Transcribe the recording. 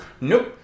Nope